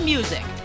Music